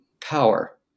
power